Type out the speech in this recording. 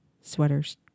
sweaters